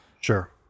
Sure